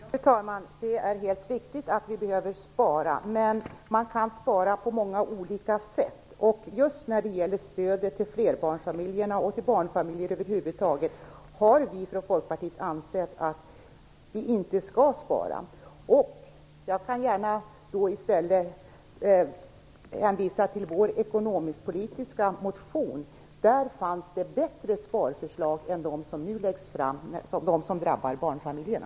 Fru talman! Det är helt riktigt att vi behöver spara. Men man kan spara på många olika sätt. Just när det gäller stödet till flerbarnsfamiljerna och barnfamiljer över huvud taget har vi från Folkpartiet ansett att vi inte skall spara. Jag kan gärna hänvisa till vår ekonomisk-politiska motion. Där finns det bättre sparförslag än de som nu läggs fram och som drabbar barnfamiljerna.